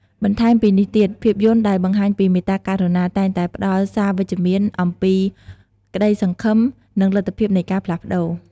បន្ថែមពីនេះទៀត ភាពយន្តដែលបង្ហាញពីមេត្តាករុណា តែងតែផ្ដល់សារវិជ្ជមានអំពីក្តីសង្ឃឹម និងលទ្ធភាពនៃការផ្លាស់ប្ដូរ។